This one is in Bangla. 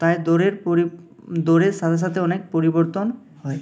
তাই দৌড়ের পরি দৌড়ের সাথে সাথে অনেক পরিবর্তন হয়